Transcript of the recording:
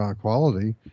quality